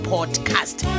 Podcast